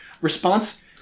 Response